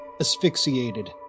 asphyxiated